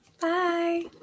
Bye